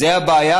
זו הבעיה,